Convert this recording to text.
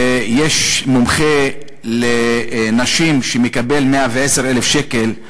ויש מומחה לנשים שמקבל 110,000 שקל,